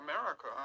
america